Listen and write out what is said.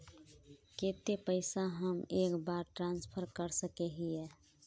केते पैसा हम एक बार ट्रांसफर कर सके हीये?